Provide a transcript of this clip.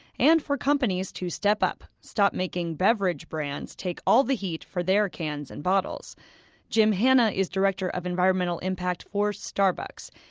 and for companies to step up stop making beverage brands take all the heat for their cans and bottles bottles jim hanna is director of environmental impact for starbucks.